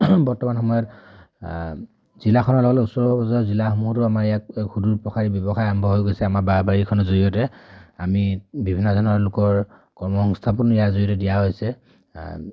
বৰ্তমান সময়ত জিলাখনৰ লগত ওচৰৰ বজাৰ জিলাসমূহতো আমাৰ ইয়াক সুদূৰ প্ৰসাৰী ব্যৱসায় আৰম্ভ হৈ গৈছে আমাৰ বাঁহ বাৰীখনৰ জৰিয়তে আমি বিভিন্ন ধৰণৰ লোকৰ কৰ্মসংস্থাপন ইয়াৰ জৰিয়তে দিয়া হৈছে